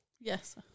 Yes